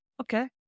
Okay